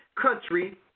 country